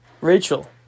Rachel